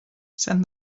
send